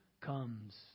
comes